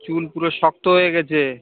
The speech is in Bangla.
চুল পুরো শক্ত হয়ে গিয়েছে